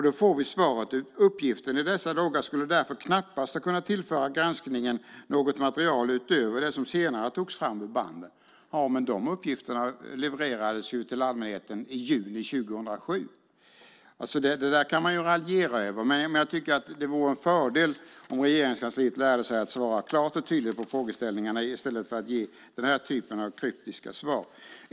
Då fick vi svaret: Uppgiften i dessa loggar skulle därför knappast ha kunnat tillföra granskningen något material utöver det som senare togs fram, banden. Men dessa uppgifter levererades ju till allmänheten i juni 2007. Det där kan man raljera över, men jag tycker att det vore en fördel om Regeringskansliet lärde sig att svara klart och tydligt på frågeställningarna i stället för att ge den här typen av kryptiska svar.